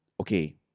okay